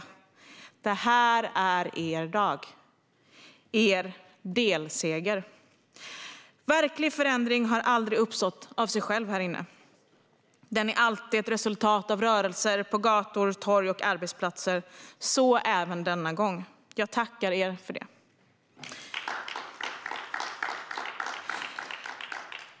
Det här är er dag och er delseger. Verklig förändring har aldrig uppstått av sig själv här inne. Den är alltid ett resultat av rörelser på gator, torg och arbetsplatser - så även denna gång. Jag tackar er för det.